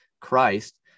Christ